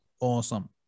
awesome